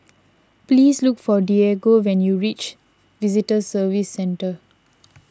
please look for Diego when you reach Visitor Services Centre